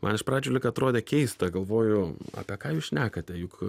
man iš pradžių lyg atrodė keista galvoju apie ką jūs šnekate juk